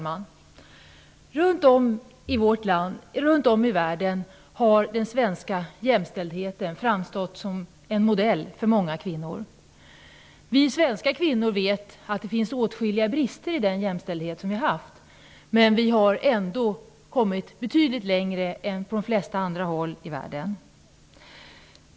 Fru talman! Runt om i världen har den svenska jämställdheten framstått som en modell för många kvinnor. Vi svenska kvinnor vet att det finns åtskilliga brister i den jämställdhet som vi haft, men vi har ändå kommit betydligt längre än på de flesta andra håll i världen.